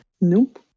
Nope